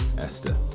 Esther